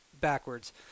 backwards